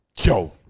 Yo